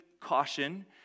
caution